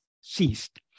ceased